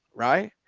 right.